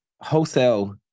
wholesale